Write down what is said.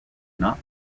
not